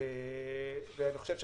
נשמעו